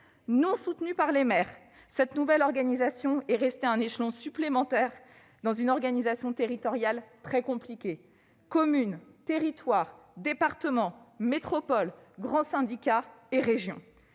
Non soutenue par les maires, cette nouvelle organisation est restée un échelon supplémentaire dans une organisation territoriale déjà très compliquée, comprenant communes, territoires, départements, métropole, grands syndicats et région.